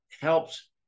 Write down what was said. helps